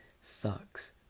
sucks